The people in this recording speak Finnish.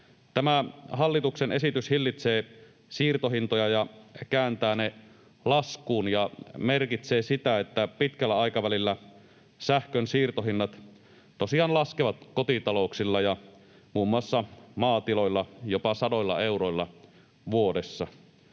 hallituksen esitys hillitsee siirtohintoja ja kääntää ne laskuun ja merkitsee sitä, että pitkällä aikavälillä sähkön siirtohinnat tosiaan laskevat kotitalouksilla ja muun muassa maatiloilla jopa sadoilla euroilla vuodessa.